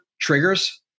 triggers